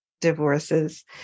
divorces